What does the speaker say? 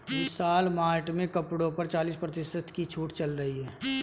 विशाल Mart में कपड़ों पर चालीस प्रतिशत की छूट चल रही है